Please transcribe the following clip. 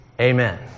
Amen